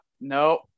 no